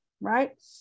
right